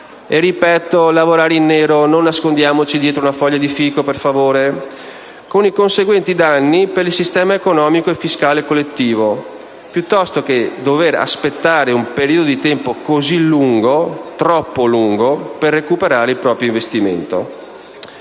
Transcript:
(ripeto, in nero: non nascondiamoci dietro una foglia di fico, per favore), con i conseguenti danni per il sistema economico e fiscale collettivo, piuttosto che dover aspettare un periodo di tempo così lungo - troppo lungo - per recuperare l'investimento.